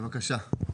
בבקשה.